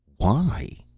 why?